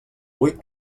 vuit